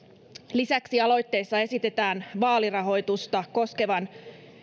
lisäksi aloitteessa esitetään vaalirahoitusta koskevan